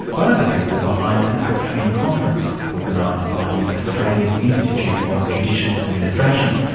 one of the people behind an upcoming conference, organised by the australian institute of judicial administration,